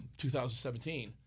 2017